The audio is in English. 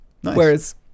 Whereas